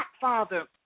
Father